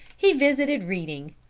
he visited reading,